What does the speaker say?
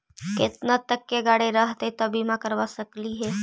केतना तक के गाड़ी रहतै त बिमा करबा सकली हे?